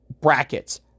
brackets